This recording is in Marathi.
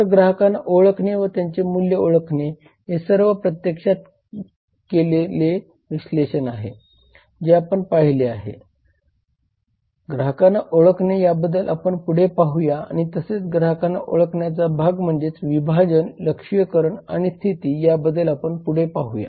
तर ग्राहकांना ओळखणे व त्यांचे मूल्य ओळखणे हे सर्व प्रत्यक्षात केलेले विश्लेषण आहे जे आपण पाहिले आहे ग्राहकांना ओळखणे याबद्दल आपण पुढे पाहूया आणि तसेच ग्राहकांना ओळखण्याचा भाग म्हणजेच विभाजन लक्ष्यीकरण आणि स्थिती याबाबद्दल आपण पुढे पाहूया